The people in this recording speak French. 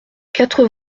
quatre